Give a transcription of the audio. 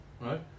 right